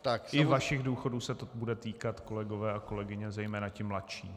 I vašich důchodů se to bude týkat, kolegové a kolegyně, zejména ti mladší.